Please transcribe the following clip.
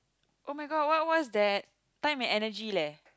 oh-my-god what what's that time and energy leh